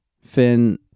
Finn